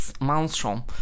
Mansion